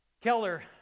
Keller